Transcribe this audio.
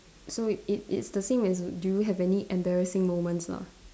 so it it's the same as do you have any embarrassing moments lah